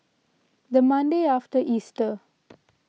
the Monday after Easter